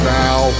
now